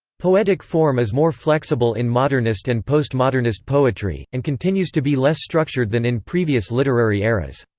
poetic form is more flexible in modernist and post-modernist poetry, and continues to be less structured than in previous literary eras.